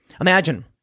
Imagine